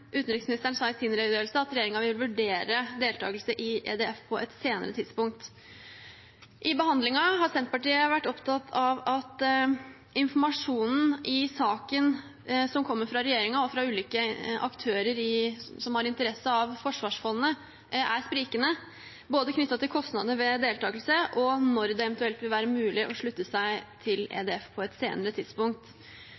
utenriksministeren sa i sin redegjørelse at regjeringen vil vurdere deltakelse i EDF på et senere tidspunkt. I behandlingen har Senterpartiet vært opptatt av at informasjonen i saken, som kommer fra regjeringen og fra ulike aktører som har interesse av forsvarsfondet, er sprikende, både knyttet til kostnadene ved deltakelse og når det eventuelt vil være mulig å slutte til seg til